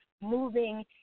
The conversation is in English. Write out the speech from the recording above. moving